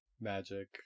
magic